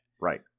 Right